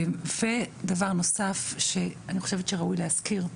דבר נוסף שראוי להזכיר,